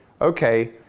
okay